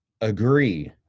agree